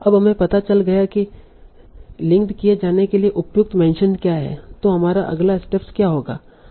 अब हमें पता चल गया है कि लिंक्ड किए जाने के लिए उपयुक्त मेंशनस क्या हैं तो हमारा अगला स्टेप क्या होगा